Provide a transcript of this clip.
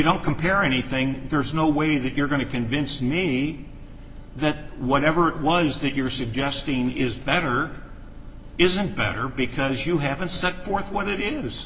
don't compare anything there's no way that you're going to convince me that whatever it was that you're suggesting is better isn't better because you haven't sucked forth want